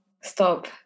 stop